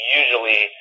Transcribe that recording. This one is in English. usually